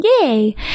yay